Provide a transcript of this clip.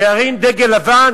שירים דגל לבן?